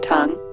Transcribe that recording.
Tongue